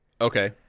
Okay